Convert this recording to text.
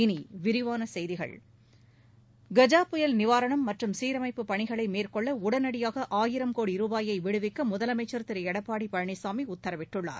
இனி விரிவான செய்திகள் கஜா புயல் நிவாரணம் மற்றும் சீரமைப்பு பணிகளை மேற்கொள்ள உடனடியாக ஆயிரம் கோடி ரூபாயை விடுவிக்க முதலமைச்சா் திரு எடப்பாடி பழனிசாமி உத்தரவிட்டுள்ளார்